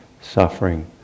suffering